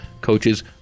coaches